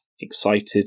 excited